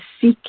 seek